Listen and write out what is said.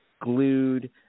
glued